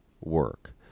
work